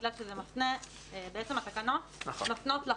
בגלל שהתקנות מפנות לחוק.